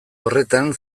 horretan